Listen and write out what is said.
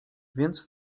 więc